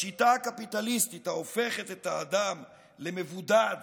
בשיטה הקפיטליסטית, ההופכת את האדם למבודד